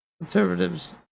conservatives